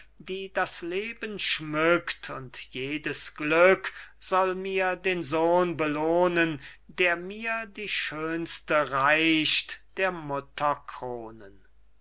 die das leben schmückt und jedes glück soll mir den sohn belohnen der mir die schönste reicht der mutterkronen